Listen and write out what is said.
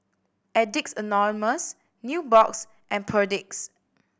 Addicts Anonymous Nubox and Perdix